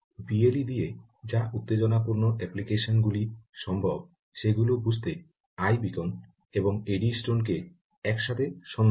BLE দিয়ে যা উত্তেজনাপূর্ণ অ্যাপ্লিকেশন গুলি সম্ভব সেগুলো বুঝতে আইবীকন এবং এডিস্টোনকে একসাথে সন্ধান করুন